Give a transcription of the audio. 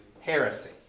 heresy